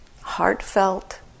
heartfelt